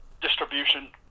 distribution